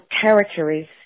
territories